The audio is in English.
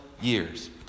years